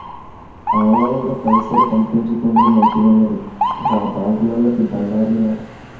ఆన్లైన్ల పైసలు పంపిచ్చుకునుడు మంచిగున్నది, గా బాంకోళ్లకు దండాలురా